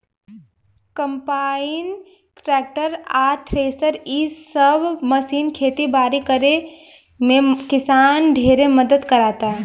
combine, tractor आ thresher इ सब मशीन खेती बारी करे में किसान ढेरे मदद कराता